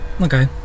Okay